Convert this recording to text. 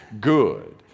good